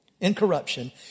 incorruption